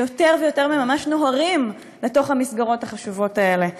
שיותר ויותר ממש נוהרים לתוך המסגרות החשובות האלה.